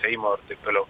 seimo ir taip toliau